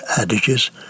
adages